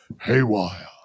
haywire